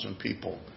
people